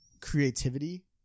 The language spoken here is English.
creativity